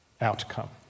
outcome